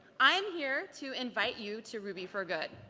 i'm here to invite you to ruby for good.